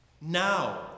Now